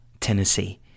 Tennessee